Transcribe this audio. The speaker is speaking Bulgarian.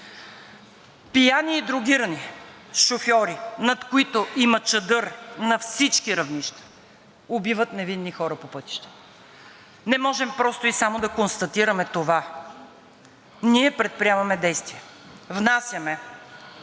Пияни и дрогирани шофьори, над които има чадър на всички равнища, убиват невинни хора по пътищата. Не можем просто и само да констатираме това! Ние предприемаме действия – внасяме